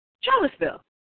Charlottesville